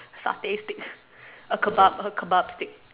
satay stick a Kebab a Kebab stick